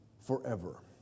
forever